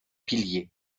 piliers